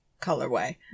colorway